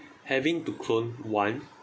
having to clone one